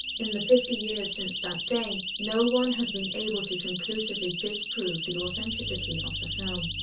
in the fifty years since that day, no one has been able to conclusively disprove the authenticity of the film,